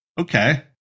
okay